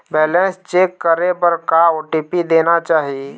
Balance check करे बर का ओ.टी.पी देना चाही?